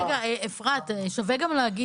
אפרת, שווה גם להגיד